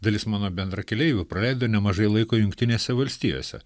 dalis mano bendrakeleivių praleido nemažai laiko jungtinėse valstijose